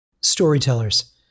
Storytellers